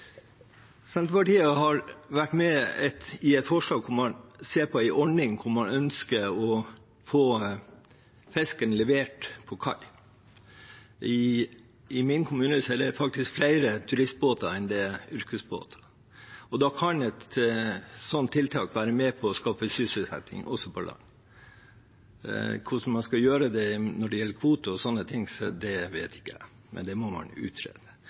Senterpartiet har vært med på et forslag der man ser på en ordning hvor man ønsker å få fisken levert på kaia. I min kommune er det faktisk flere turistbåter enn det er yrkesbåter. Da kan et sånt tiltak være med på å skape sysselsetting også på land. Hvordan man skal gjøre det når det gjelder kvoter og sånne ting, det vet ikke jeg, det må man utrede.